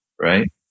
right